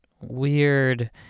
weird